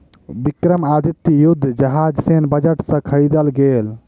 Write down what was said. विक्रमादित्य युद्ध जहाज सैन्य बजट से ख़रीदल गेल